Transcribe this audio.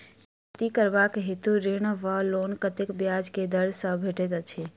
खेती करबाक हेतु ऋण वा लोन कतेक ब्याज केँ दर सँ भेटैत अछि?